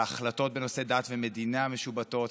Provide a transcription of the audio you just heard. וההחלטות בנושאי דת ומדינה משובטות.